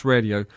Radio